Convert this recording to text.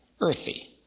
earthy